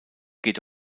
geht